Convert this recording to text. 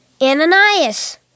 Ananias